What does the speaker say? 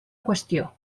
qüestió